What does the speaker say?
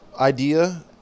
idea